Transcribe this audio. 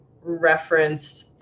referenced